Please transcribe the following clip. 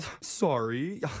sorry